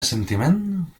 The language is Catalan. assentiment